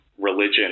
religion